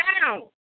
down